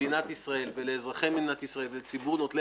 למדינת ישראל ולאזרחי מדינת ישראל ולציבור נוטלי